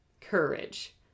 Courage